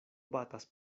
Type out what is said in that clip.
batas